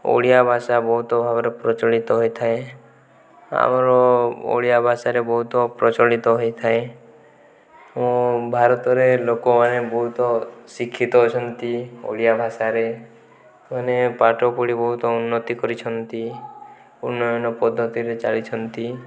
ଓଡ଼ିଆ ଭାଷା ବହୁତ ଭାବରେ ପ୍ରଚଳିତ ହେଇଥାଏ ଆମର ଓଡ଼ିଆ ଭାଷାରେ ବହୁତ ପ୍ରଚଳିତ ହୋଇଥାଏ ଓ ଭାରତରେ ଲୋକମାନେ ବହୁତ ଶିକ୍ଷିତ ଅଛନ୍ତି ଓଡ଼ିଆ ଭାଷାରେ ମାନେ ପାଠପଢ଼ି ବହୁତ ଉନ୍ନତି କରିଛନ୍ତି ଉନ୍ନୟନ ପଦ୍ଧତିରେ ଚାଲିଛନ୍ତି